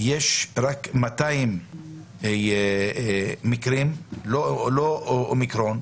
יש רק 200 מקרים, לא אומיקרון.